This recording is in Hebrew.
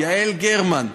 יעל גרמן,